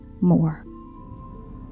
more